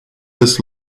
this